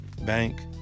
bank